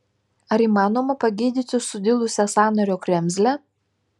ar įmanoma pagydyti sudilusią sąnario kremzlę